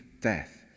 death